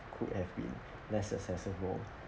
could have been less accessible